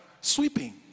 sweeping